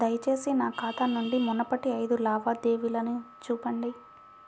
దయచేసి నా ఖాతా నుండి మునుపటి ఐదు లావాదేవీలను చూపండి